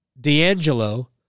D'Angelo